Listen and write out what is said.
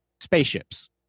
spaceships